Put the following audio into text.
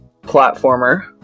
platformer